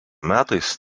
metais